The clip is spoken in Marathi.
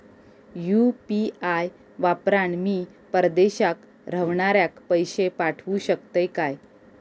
यू.पी.आय वापरान मी परदेशाक रव्हनाऱ्याक पैशे पाठवु शकतय काय?